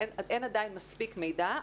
אין עדיין מספיק מידע,